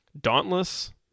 dauntless